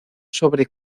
sobre